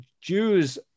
Jews